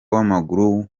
w’amaguru